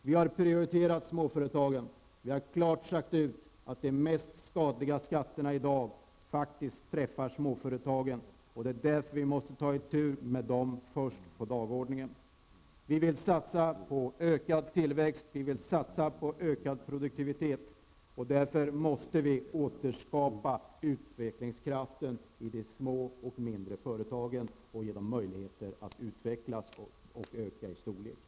Vi har prioriterat småföretagen. Vi har klart sagt ut att de mest skadliga skatterna i dag faktiskt träffar småföretagen. Därför måste vi ta itu med dem först på dagordningen. Vi vill satsa på ökad tillväxt. Vi vill satsa på ökad produktivitet. Därför måste vi återskapa utvecklingskraften i de små och mindre företagen och ge dem möjligheter att utvecklas och öka i storlek.